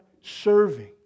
serving